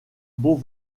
beau